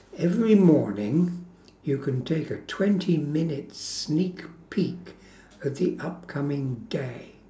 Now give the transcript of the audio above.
every morning you can take a twenty minute sneak peek of the upcoming day